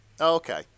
okay